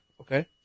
okay